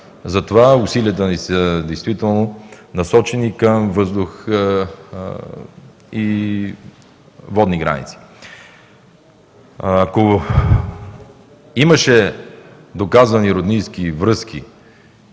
Затова усилията ни действително са насочени към въздух и водни граници. Ако имаше доказани роднински връзки